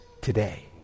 today